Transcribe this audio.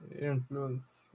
Influence